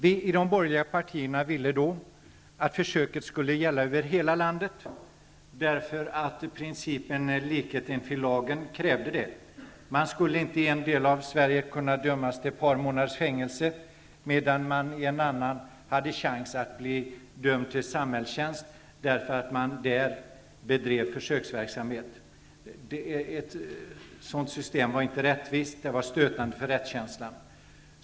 Vi i de borgerliga partierna ville då att försöket skulle gälla över hela landet. Principen likhet inför lagen krävde detta. Man skulle inte inte i en del av Sverige kunna dömas till ett par månaders fängelse, medan man i annan del hade en chans att bli dömd till samhällstjänst därför att det där bedrevs försöksverksamhet. Ett sådant system var inte rättvist och dessutom stötande för rättskänslan.